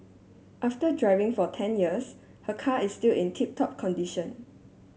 after driving for ten years her car is still in tip top condition